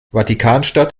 vatikanstadt